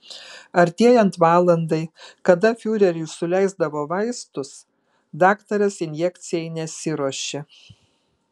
artėjant valandai kada fiureriui suleisdavo vaistus daktaras injekcijai nesiruošė